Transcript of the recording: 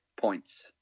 Points